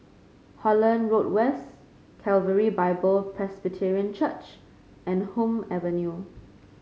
Holland Road West Calvary Bible Presbyterian Church and Hume Avenue